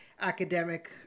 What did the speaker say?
academic